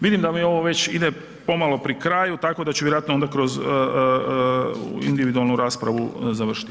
Vidim da mi ovo već ide pomalo pri kraju tako da ću vjerojatno onda kroz individualnu raspravu završiti.